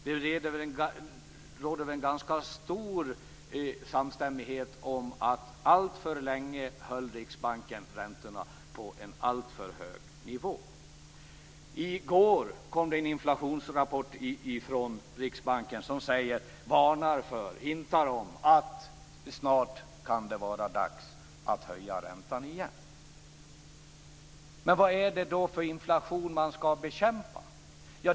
Det råder en ganska stor samstämmighet om att Riksbanken höll räntorna på en alltför hög nivå alltför länge. I går kom det en inflationsrapport från Riksbanken som varnar för att det snart kan vara dags att höja räntan igen. Men vad är det för inflation man skall bekämpa?